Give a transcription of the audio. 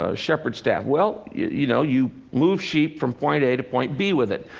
ah shepherd's staff? well, you know, you move sheep from point a to point b with it,